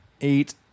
eight